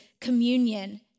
communion